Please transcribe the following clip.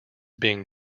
being